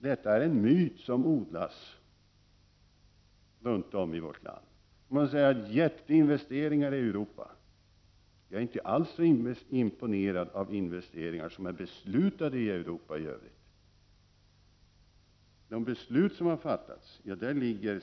Detta är en myt som odlas runt om i vårt land. Det har gjorts jätteinvesteringar i Europa, men jag är inte alls imponerad av investeringar som är beslutade i Europa i övrigt.